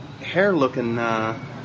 hair-looking